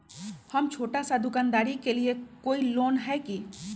हम छोटा सा दुकानदारी के लिए कोई लोन है कि?